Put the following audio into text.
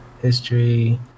History